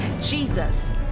Jesus